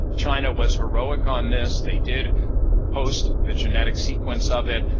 china was heroic on this. they did post the genetic sequence of it.